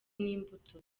n’imbuto